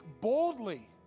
boldly